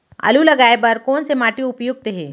आलू लगाय बर कोन से माटी उपयुक्त हे?